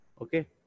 Okay